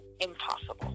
impossible